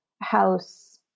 house